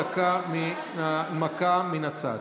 דקה הנמקה מן הצד.